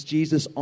Jesus